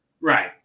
Right